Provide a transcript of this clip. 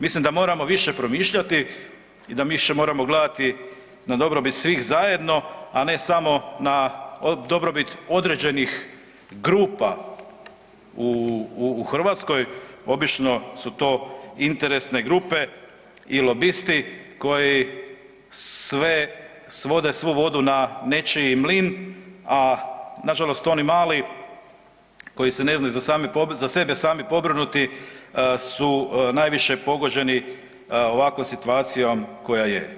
Mislim da moramo više promišljati i da više moramo gledati na dobrobit svih zajedno, a ne samo na dobrobit određenih grupa u Hrvatskoj, obično su to interesne grupe i lobisti koji sve svode svu vodu na nečiji mlin, a nažalost oni mali koji se ne znaju za sebe sami pobrinuti su najviše pogođeni ovakvom situacijom koja je.